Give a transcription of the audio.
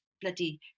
bloody